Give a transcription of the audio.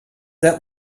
der